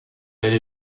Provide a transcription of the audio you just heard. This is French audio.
elle